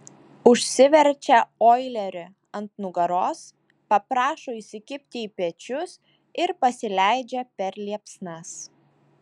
užsiverčia oilerį ant nugaros paprašo įsikibti į pečius ir pasileidžia per liepsnas